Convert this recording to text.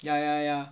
ya ya ya